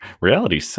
Reality